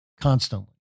constantly